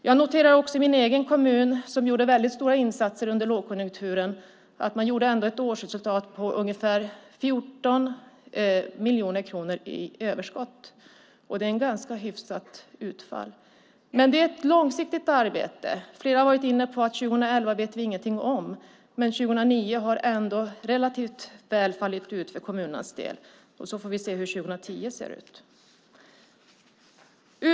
Jag noterar att min egen kommun, som gjorde stora insatser under lågkonjunkturen, ändå gjorde ett årsresultat på ungefär 14 miljoner kronor i överskott. Det är ett ganska hyfsat utfall. Det är ett långsiktigt arbete. Flera har varit inne på att 2011 vet vi ingenting om, men 2009 har ändå fallit ut relativt väl för kommunernas del. Sedan får vi se hur 2010 kommer att bli.